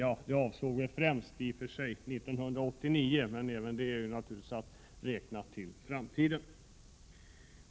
Jag avser främst 1989 —- även detta år ligger ju i framtiden.